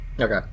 okay